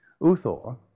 Uthor